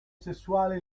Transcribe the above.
sessuale